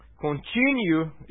Continue